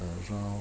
around